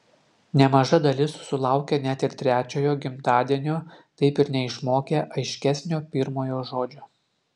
nemaža dalis sulaukia net ir trečiojo gimtadienio taip ir neišmokę aiškesnio pirmojo žodžio